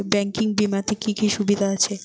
Banking বিমাতে কি কি সুবিধা আছে?